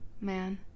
Man